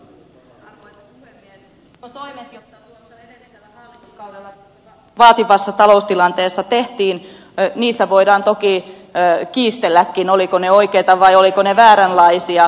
niistä toimista joita edellisellä hallituskaudella vaativassa taloustilanteessa tehtiin voidaan toki kiistelläkin olivatko ne oikeita vai olivatko ne vääränlaisia